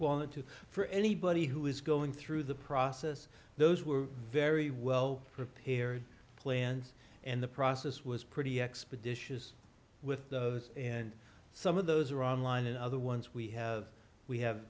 t want to for anybody who is going through the process those were very well prepared plans and the process was pretty expeditious with those and some of those are online and other ones we have we have